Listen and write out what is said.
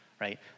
right